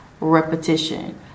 Repetition